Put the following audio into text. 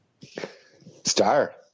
Star